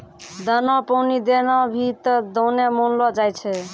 दाना पानी देना भी त दाने मानलो जाय छै